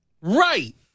Right